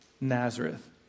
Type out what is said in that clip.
Nazareth